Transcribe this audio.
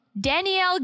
Danielle